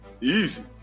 Easy